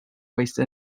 waste